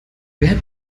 wer